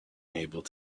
able